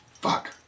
fuck